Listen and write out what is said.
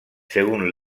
según